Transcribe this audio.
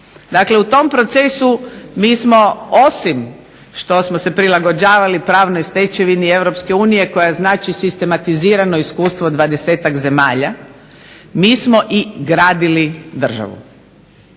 godine. U tom procesu mi smo osim što smo se prilagođavali pravnoj stečevini Europske unije koja znači sistematizirano iskustvo 20-tak zemlja, mi smo i gradili državu.